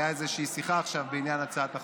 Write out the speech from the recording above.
הייתה איזושהי שיחה עכשיו בעניין הצעת החוק.